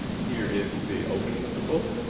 here is the opening of the book.